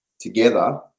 together